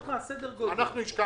יש לנו את הכסף לציר הצפוני,